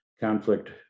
Conflict